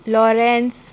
Laureus